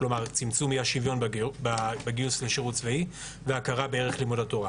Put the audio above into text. כלומר צמצום אי השוויון בגיוס לשירות צבאי והכרה בערך לימוד התורה.